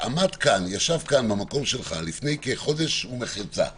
ישב כאן במקום שלך לפני כחודש ומחצה פרופ'